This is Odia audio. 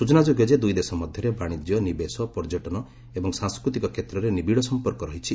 ସୂଚନା ଯୋଗ୍ୟ ଯେ ଦୁଇ ଦେଶ ମଧ୍ୟରେ ବାଣିଜ୍ୟ ନିବେଶ ପର୍ଯ୍ୟଟ ଏବଂ ସାଂସ୍କୃତିକ କ୍ଷେତ୍ରରେ ନିବିଡ଼ ସମ୍ପର୍କ ରହିଛି